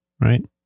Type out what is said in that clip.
Right